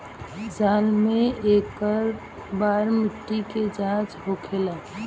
साल मे केए बार मिट्टी के जाँच होखेला?